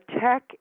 tech